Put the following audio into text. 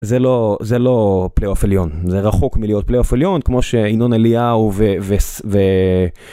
זה לא זה לא פלייאוף עליון זה רחוק מלהיות פלייאוף עליון כמו שינון אליהו ו...